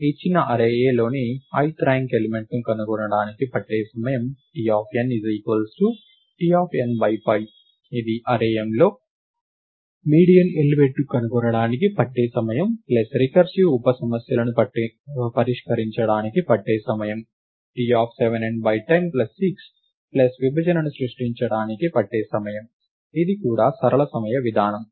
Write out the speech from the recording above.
ఇచ్చిన అర్రే Aలోని ith rank element ను కనుగొనడానికి పట్టే సమయం T T n 5 ఇది అర్రే Mలో మీడియన్ ఎలిమెంట్ ను కనుగొనడానికి పట్టే సమయం రికర్సివ్ ఉప సమస్యలను పరిష్కరించడానికి పట్టే సమయంT 7n 10 6 విభజనను సృష్టించడానికి పట్టే సమయం ఇది కూడా సరళ సమయ విధానం